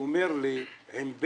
ואומר לי בבכי